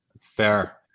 Fair